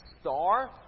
star